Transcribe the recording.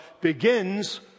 begins